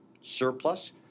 surplus